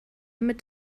mit